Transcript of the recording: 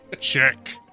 Check